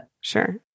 Sure